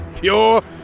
Pure